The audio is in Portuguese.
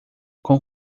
com